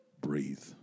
Breathe